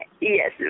Yes